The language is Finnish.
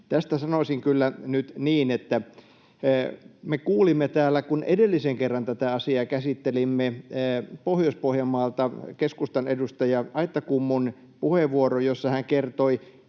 Tästä sanoisin kyllä nyt näin: Me kuulimme täällä, kun edellisen kerran tätä asiaa käsittelimme, Pohjois-Pohjanmaalta keskustan edustaja Aittakummun puheenvuoron, jossa hän kertoi,